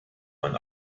man